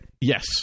yes